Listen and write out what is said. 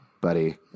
buddy